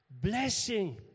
Blessing